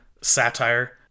satire